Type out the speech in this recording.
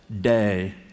day